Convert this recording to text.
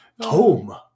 Home